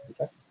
Okay